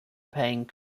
paying